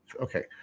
okay